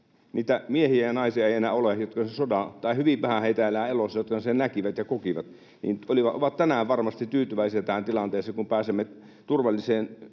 niitä miehiä ja naisia ei enää ole, tai hyvin vähän heitä on enää elossa, jotka sen näkivät ja kokivat — he ovat varmasti tyytyväisiä tähän tilanteeseen, kun pääsemme turvalliseen yhteisöön